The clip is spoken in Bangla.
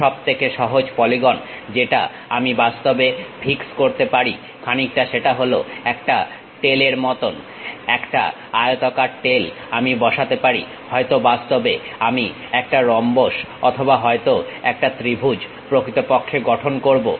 সবথেকে সহজ পলিগন যেটা আমি বাস্তবে ফিক্স করতে পারি খানিকটা সেটা হলো একটা টেল এর মতন একটা আয়তাকার টেল আমি বসাতে পারি হয়তো বাস্তবে আমি একটা রম্বস অথবা হয়তো একটা ত্রিভুজ প্রকৃতপক্ষে গঠন করবো